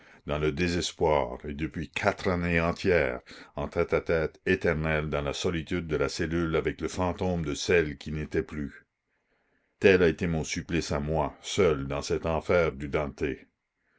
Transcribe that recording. dans le désespoir et depuis quatre années entières en tête-à-tête éternel dans la solitude de la cellule avec le fantôme de celle qui n'était plus la commune tel a été mon supplice à moi seul dans cet enfer du dante